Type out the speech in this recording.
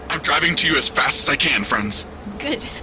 i'm driving to you as fast i can, friends good.